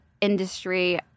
industry